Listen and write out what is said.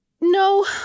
No